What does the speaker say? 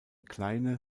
kleine